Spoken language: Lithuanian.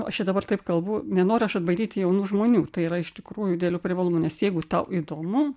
nu aš čia dabar taip kalbu nenoriu aš atbaidyti jaunų žmonių tai yra iš tikrųjų dideliu privalumu nes jeigu tau įdomu